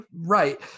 Right